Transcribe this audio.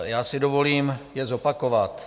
Já si dovolím je zopakovat.